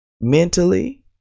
mentally